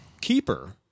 keeper